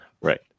Right